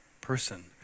person